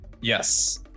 Yes